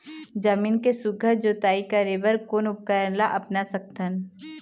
जमीन के सुघ्घर जोताई करे बर कोन उपकरण ला अपना सकथन?